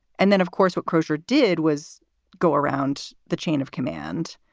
and then, of course, what crozier did was go around the chain of command.